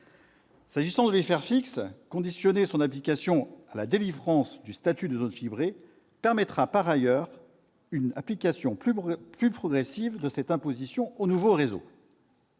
S'agissant de l'IFER fixe, conditionner son application à la délivrance du statut de « zone fibrée » permettra par ailleurs une application plus progressive de cette imposition aux nouveaux réseaux.